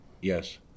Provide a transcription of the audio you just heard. Yes